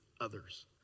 others